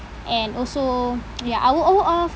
and also ya I will oh of